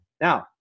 Now